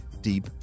deep